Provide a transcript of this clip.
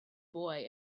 boy